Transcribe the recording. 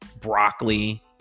broccoli